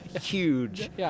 huge